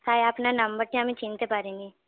তাই আপনার নাম্বারটি আমি চিনতে পারিনি